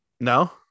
No